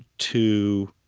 to,